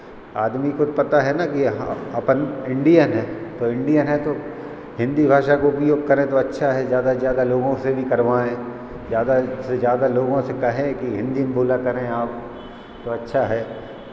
आदमी को पता है ना कि हाँ अपन इंडियन हैं तो इंडियन हैं तो हिन्दी भाषा का उपयोग करें तो अच्छा है ज़्यादा से ज़्यादा लोगों से भी करवाएँ ज़्यादा से ज़्यादा लोगों से कहें कि हिन्दी में बोला करें आप तो अच्छा है